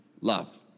love